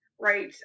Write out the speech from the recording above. right